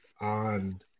on